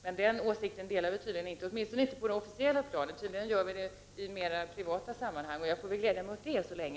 Den åsikten delar vi emellertid tydligen inte, åtminstone inte på det officiella planet. Vi gör tydligen det i mera privata sammanhang, och det får jag väl glädja mig åt så länge.